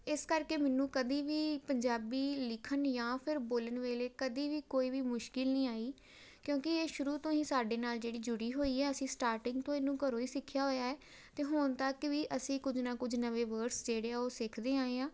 ਇਸ ਕਰਕੇ ਮੈਨੂੰ ਕਦੇ ਵੀ ਪੰਜਾਬੀ ਲਿਖਣ ਜਾਂ ਫਿਰ ਬੋਲਣ ਵੇਲੇ ਕਦੇ ਵੀ ਕੋਈ ਵੀ ਮੁਸ਼ਕਿਲ ਨਹੀਂ ਆਈ ਕਿਉਂਕਿ ਇਹ ਸ਼ੁਰੂ ਤੋਂ ਹੀ ਸਾਡੇ ਨਾਲ ਜਿਹੜੀ ਜੁੜੀ ਹੋਈ ਹੈ ਅਸੀਂ ਸਟਾਰਟਿੰਗ ਤੋਂ ਇਹਨੂੰ ਘਰੋਂ ਹੀ ਸਿੱਖਿਆ ਹੋਇਆ ਹੈ ਅਤੇ ਹੁਣ ਤੱਕ ਵੀ ਅਸੀਂ ਕੁਝ ਨਾ ਕੁਝ ਨਵੇਂ ਵਰਡਸ ਜਿਹੜੇ ਆ ਉਹ ਸਿੱਖਦੇ ਆਏ ਹਾਂ